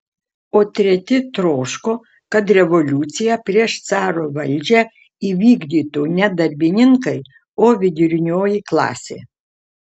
o treti troško kad revoliuciją prieš caro valdžią įvykdytų ne darbininkai o vidurinioji klasė